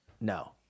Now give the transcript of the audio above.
no